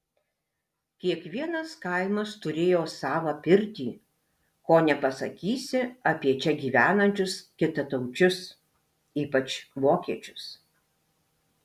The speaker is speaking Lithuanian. kiekvienas kaimas turėjo savą pirtį ko nepasakysi apie čia gyvenančius kitataučius ypač vokiečius